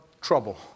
trouble